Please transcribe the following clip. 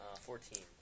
Fourteen